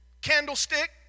candlestick